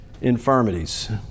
infirmities